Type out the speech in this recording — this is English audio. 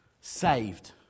saved